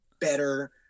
better